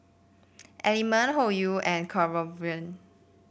Element Hoyu and Kronenbourg